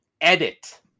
edit